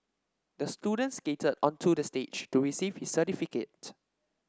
the student skated onto the stage to receive his certificate